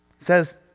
says